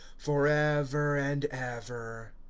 forever and ever.